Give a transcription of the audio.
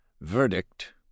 Verdict